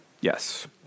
yes